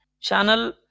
channel